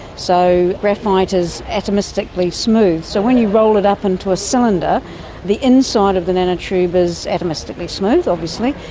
so graphite is atomistically smooth, so when you roll it up into a cylinder the inside of the nanotube is atomistically smooth, obviously,